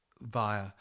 via